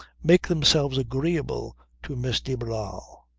make themselves agreeable to miss de barral.